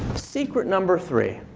secret number three,